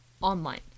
online